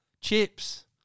chips